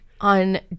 on